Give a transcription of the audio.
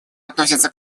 относится